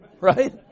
right